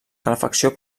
calefacció